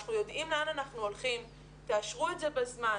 אנחנו יודעים לאן אנחנו הולכים, תאשרו את זה בזמן,